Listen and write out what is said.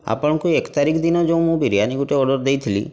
ଆପଣଙ୍କୁ ଏକ ତାରିକ ଦିନ ଯେଉଁ ବିରିୟାନୀ ଗୋଟେ ଅର୍ଡ଼ର୍ ଦେଇଥିଲି